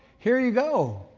here you go,